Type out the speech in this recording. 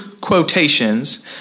quotations